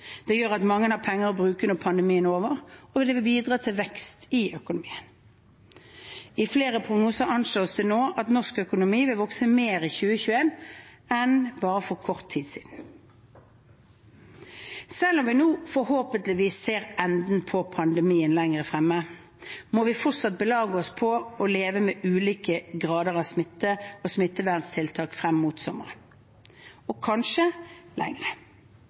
Det gjør at mange har penger å bruke når pandemien er over, og det vil bidra til vekst i økonomien. I flere prognoser anslås det nå at norsk økonomi vil vokse mer i 2021 enn bare for kort tid siden. Selv om vi nå forhåpentligvis ser enden på pandemien lenger fremme, må vi fortsatt belage oss på å leve med ulike grader av smitte og smitteverntiltak frem mot sommeren – og kanskje